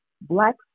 Blacks